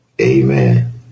Amen